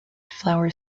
flower